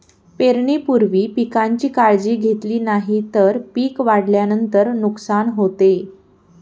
पेरणीपूर्वी पिकांची काळजी घेतली नाही तर पिक वाढल्यानंतर नुकसान होते